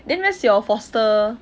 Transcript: then where's your foster